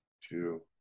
Two